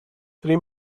three